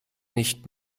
nicht